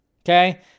Okay